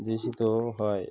দূষিত হয়